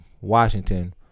Washington